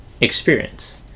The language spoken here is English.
experience